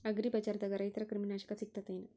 ಅಗ್ರಿಬಜಾರ್ದಾಗ ರೈತರ ಕ್ರಿಮಿ ನಾಶಕ ಸಿಗತೇತಿ ಏನ್?